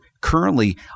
currently